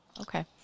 Okay